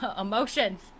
emotions